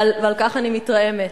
ועל כך אני מתרעמת.